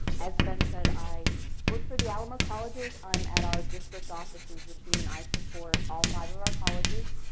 as been said, i worked for the alamo colleges. i'm at our district offices, which mean i support all five of our colleges.